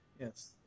Yes